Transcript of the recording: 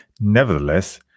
Nevertheless